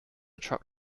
truck